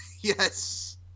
yes